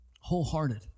wholehearted